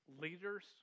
leaders